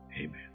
Amen